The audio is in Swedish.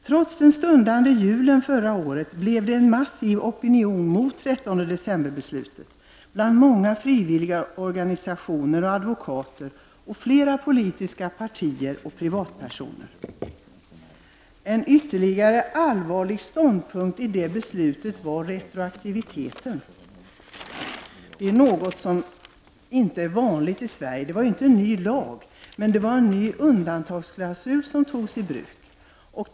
Trots den stundande julen förra året blev det en massiv opinion mot 13 december-beslutet bland många frivilligorganisationer, advokater, flera politiska partier och privatpersoner. En ytterligare allvarlig ståndpunkt i det beslutet var retroaktiviteten. Det är något som inte är vanligt i Sverige. Det var inte en ny lag, utan det var en ny undantagsklausul som togs i bruk.